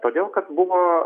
todėl kad buvo